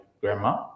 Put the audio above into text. grandma